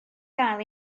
gael